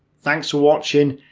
thanks for watching,